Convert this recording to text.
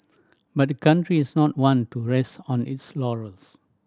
but the country is not one to rest on its laurels